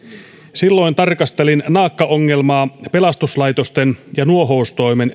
silloin tarkastelin naakkaongelmaa pelastuslaitosten ja nuohoustoimen